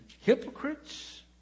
hypocrites